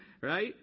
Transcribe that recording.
right